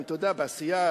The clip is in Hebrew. אתה יודע, בעשייה